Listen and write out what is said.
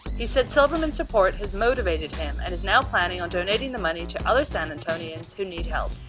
he said silverman's support has motivated him and is now planning on donating the money to other san antonians who need help.